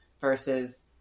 versus